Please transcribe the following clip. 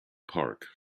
park